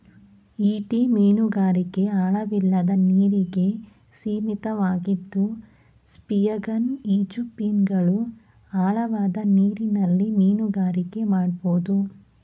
ಈಟಿ ಮೀನುಗಾರಿಕೆ ಆಳವಿಲ್ಲದ ನೀರಿಗೆ ಸೀಮಿತವಾಗಿದ್ದು ಸ್ಪಿಯರ್ಗನ್ ಈಜುಫಿನ್ಗಳು ಆಳವಾದ ನೀರಲ್ಲಿ ಮೀನುಗಾರಿಕೆ ಮಾಡ್ಬೋದು